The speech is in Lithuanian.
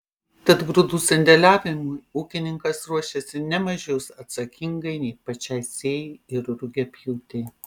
tad grūdų sandėliavimui ūkininkas ruošiasi ne mažiau atsakingai nei pačiai sėjai ir rugiapjūtei